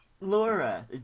laura